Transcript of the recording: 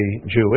Jewish